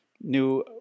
new